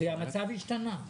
המצב השתנה.